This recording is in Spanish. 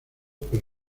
por